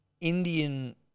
Indian